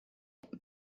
déan